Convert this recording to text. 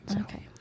Okay